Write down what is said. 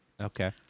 Okay